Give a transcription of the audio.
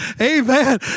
Amen